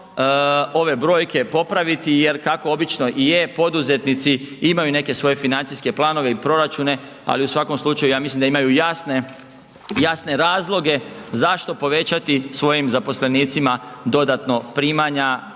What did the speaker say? ove brojke popraviti jer kako obično i je poduzetnici imaju neke svoje financijske planove i proračune. Ali u svakom slučaju ja mislim da imaju jasne, jasne razloge zašto povećati svojim zaposlenicima dodatno primanja,